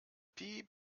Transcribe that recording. piep